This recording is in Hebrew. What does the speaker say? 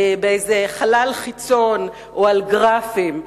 באיזה חלל חיצון או על גרפים.